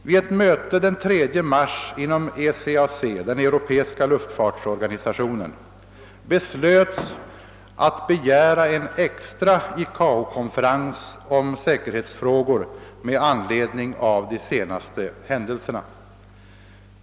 Vid ett möte den 3 mars inom ECAC — den europeiska luftfartsorganisationen — beslöts att man skulle begära en extra ICAO-konferens om säkerhetsfrågor med anledning av de senaste händelserna.